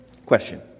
Question